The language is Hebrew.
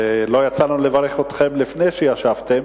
לא יצא לנו לברך אתכם לפני שישבתם,